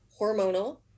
hormonal